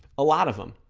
a lot of them